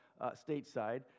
stateside